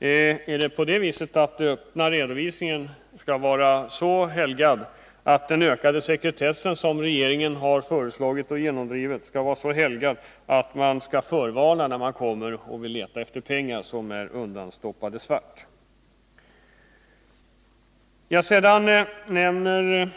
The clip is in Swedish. Är det meningen att den öppna redovisningen och den ökade sekretess som regeringen föreslagit och genomdrivit skall vara så helgad att myndigheterna skall förvarna, innan de kommer till företagen för att leta efter undanstoppade svarta pengar?